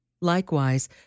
Likewise